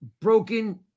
broken